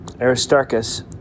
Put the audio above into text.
Aristarchus